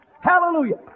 Hallelujah